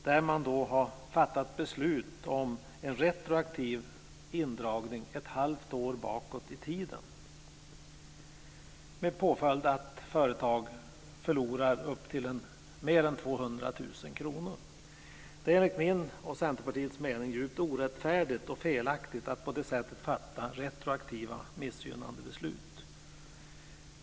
Där har man har fattat beslut om en retroaktiv indragning ett halvt år bakåt i tiden. Följden blir att företag förlorar upp till, och mer än, 200 000 kr. Det är enligt min och Centerpartiets mening djupt orättfärdigt och felaktigt att på det sättet fatta retroaktiva, missgynnande beslut.